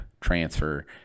transfer